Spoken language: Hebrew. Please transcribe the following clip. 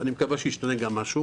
אני מקווה שגם ישתנה משהו.